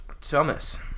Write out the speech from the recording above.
Thomas